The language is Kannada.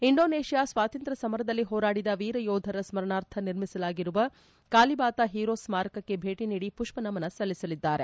ಇಂಡೋನೇಷ್ಯಾ ಸ್ವಾತಂತ್ರ್ಯ ಸಮರದಲ್ಲಿ ಹೋರಾಡಿದ ವೀರ ಯೋಧರ ಸ್ಗರಣಾರ್ಥ ನಿರ್ಮಿಸಲಾಗಿರುವ ಕಾಲಿಬಾತ ಹೀರೋಸ್ ಸ್ನಾರಕಕ್ಕೆ ಭೇಟಿ ನೀಡಿ ಪುಷ್ವ ನಮನ ಸಲ್ಲಿಸಲಿದ್ದಾರೆ